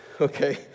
Okay